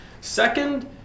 second